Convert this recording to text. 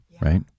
right